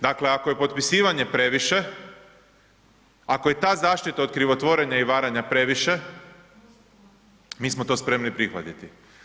Dakle, ako je potpisivanje previše, ako je ta zaštita od krivotvorenja i varanja previše, mi smo to spremni prihvatiti.